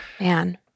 Man